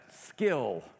skill